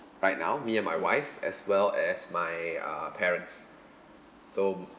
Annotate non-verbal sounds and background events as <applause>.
right now me and my wife as well as my uh parents so <breath>